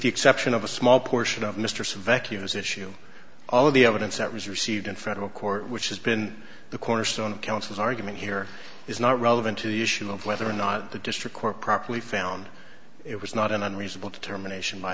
the exception of a small portion of mr survey to use issue all of the evidence that was received in federal court which has been the cornerstone of counsel's argument here is not relevant to the issue of whether or not the district court properly found it was not an unreasonable determination by